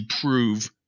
prove